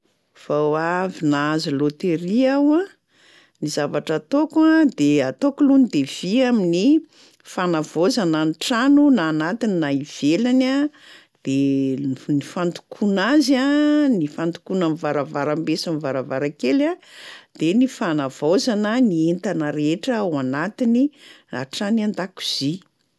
Vao avy nahazo loteria aho a, ny zavatra ataoko a de ataoko loha ny devis amin'ny fanavaozana ny trano na anatiny na ivelany a de ny f- fandokoana azy a, ny fandokoana ny varavarambe sy ny varavarankely a, de ny fanavaozana ny entana rehetra ao anatiny hatrany an-dakozia.